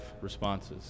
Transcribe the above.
responses